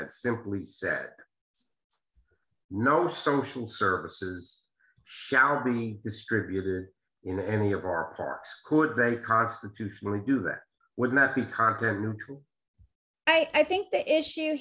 and simply said no social services shall be distributor you know any of our parks could they constitutionally do that would not be content neutral i think the issue